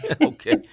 Okay